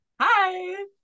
Hi